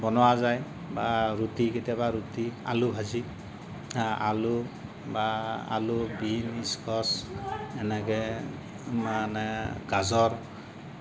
বনোৱা যায় বা ৰুটি কেতিয়াবা ৰুটি আলুভাজি আলু বা আলু বিন স্কছ্ এনেকে মানে গাজৰ